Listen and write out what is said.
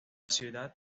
ciudad